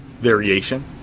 variation